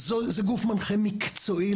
זה גוף מנחה מקצועי,